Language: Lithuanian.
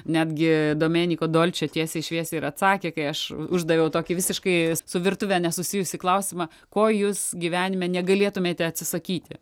netgi domeniko dolče tiesiai šviesiai ir atsakė kai aš uždaviau tokį visiškai su virtuve nesusijusį klausimą ko jūs gyvenime negalėtumėte atsisakyti